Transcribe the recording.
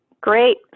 Great